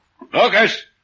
Lucas